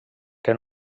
que